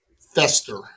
fester